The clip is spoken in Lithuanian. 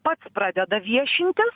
pats pradeda viešintis